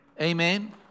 Amen